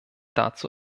dazu